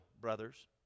brothers